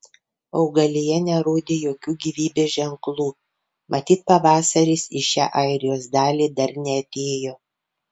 augalija nerodė jokių gyvybės ženklų matyt pavasaris į šią airijos dalį dar neatėjo